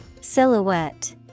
Silhouette